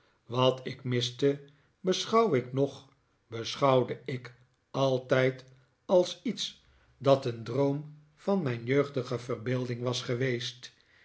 wat ik miste beschouw ik nog beschouwde ik altijd als iets dat een droom van mijn jeugdige verbeelding was geweest